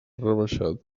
rebaixat